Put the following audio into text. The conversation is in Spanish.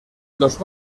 los